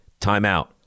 Timeout